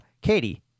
Katie